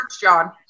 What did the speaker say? John